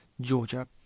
Georgia